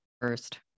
First